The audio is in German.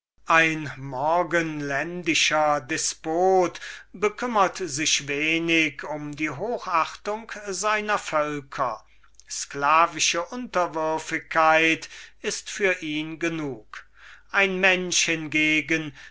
ein morgenländischer despot bekümmert sich wenig um die hochachtung seiner völker sklavische unterwürfigkeit ist für ihn genug ein